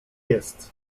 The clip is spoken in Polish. jest